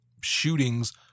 shootings